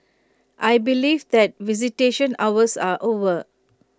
I believe that visitation hours are over